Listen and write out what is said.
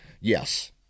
yes